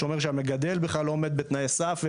שאומר שהמגדל בכלל לא עומד בתנאי הסף.